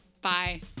Bye